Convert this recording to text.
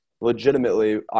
legitimately